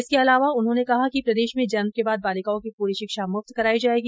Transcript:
इसके अलावा उन्होंने कहा कि प्रदेश में जन्म के बाद बालिकाओं की पूरी शिक्षा मुफ्त कराई जायेगी